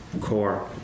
core